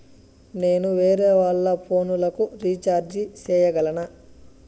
నేను వేరేవాళ్ల ఫోను లకు రీచార్జి సేయగలనా?